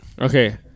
Okay